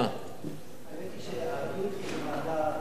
האמת היא, ועדת המדע.